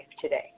today